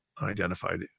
unidentified